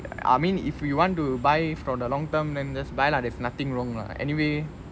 I mean if you want to buy for long term than just buy lah there is nothing wrong lah anyway